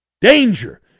danger